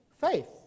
faith